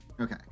okay